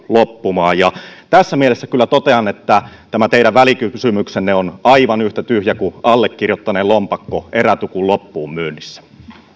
loppumaan tässä mielessä kyllä totean että tämä teidän välikysymyksenne on aivan yhtä tyhjä kuin allekirjoittaneen lompakko erätukun loppuunmyynnissä